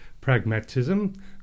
pragmatism